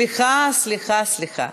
סליחה, סליחה.